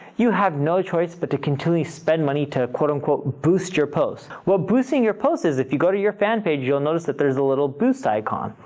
you have no choice but to continually spend money to quote on quote boost your post. well, boosting your posts is if you go to your fan page, you'll notice that there's a little boost icon.